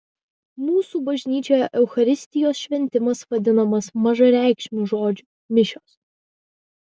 mūsų bažnyčioje eucharistijos šventimas vadinamas mažareikšmiu žodžiu mišios